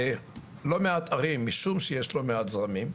בלא מעט ערים, משום שיש לא מעט זרמים,